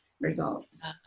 results